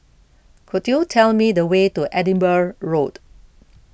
could you tell me the way to Edinburgh Road